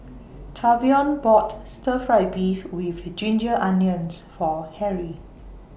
Tavion bought Stir Fried Beef with Ginger Onions For Harry